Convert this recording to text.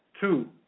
two